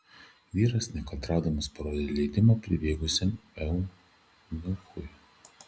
vyras nekantraudamas parodė leidimą pribėgusiam eunuchui